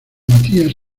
matías